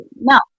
No